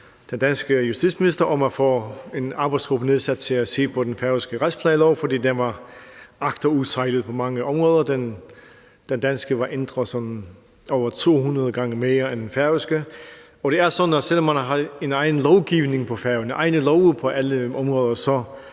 den danske justitsminister om at få en arbejdsgruppe nedsat til at se på den færøske retsplejelov, fordi den var agterudsejlet på mange områder. Den danske var ændret over 200 gange mere end den færøske. Det er sådan, at selv om man har egen lovgivning på Færøerne, egne love på alle områder,